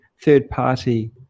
third-party